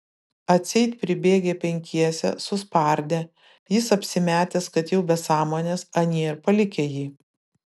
atseit pribėgę penkiese suspardę jis apsimetęs kad jau be sąmonės anie ir palikę jį